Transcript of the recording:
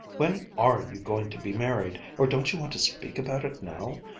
when are you going to be married? or don't you want to speak about it now,